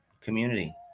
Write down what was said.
community